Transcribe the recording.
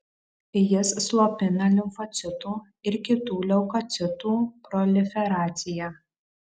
jis slopina limfocitų ir kitų leukocitų proliferaciją